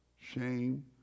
shame